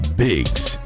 biggs